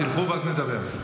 תלכו ואז נדבר.